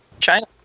China